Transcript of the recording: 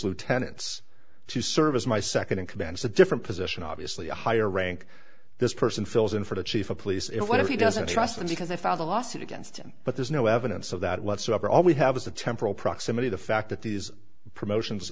lieutenants to serve as my second in command to different position obviously a higher rank this person fills in for the chief of police if what if he doesn't trust them because they filed a lawsuit against him but there's no evidence of that whatsoever all we have is the temporal proximity the fact that these promotions